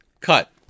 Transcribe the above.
Cut